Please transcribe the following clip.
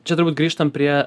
čia turbūt grįžtam prie